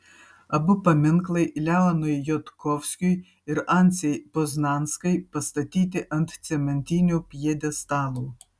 abu paminklai leonui jodkovskiui ir anciai poznanskai pastatyti ant cementinių pjedestalų